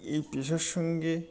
এই পেশার সঙ্গে